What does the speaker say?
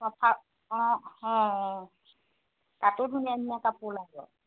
চফা অঁ অঁ অঁ তাতো ধুনীয়া ধুনীয়া কাপোৰ ওলাইটো